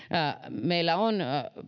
meillä on